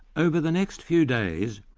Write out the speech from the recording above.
over the next few days,